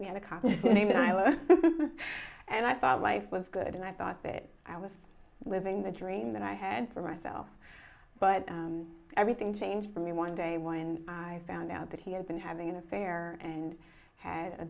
we had a copy even i was and i thought life was good and i thought that i was living the dream that i had for myself but everything changed for me one day when i found out that he had been having an affair and had a